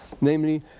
namely